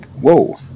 whoa